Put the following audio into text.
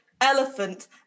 elephant